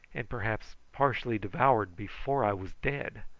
and perhaps partly devoured before i was dead.